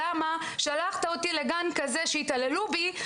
למה שלחת אותי לגן כזה שיתעללו בי?